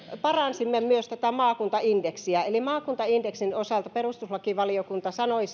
paransimme myös maakuntaindeksiä eli maakuntaindeksin osalta perustuslakivaliokunta sanoi